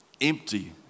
empty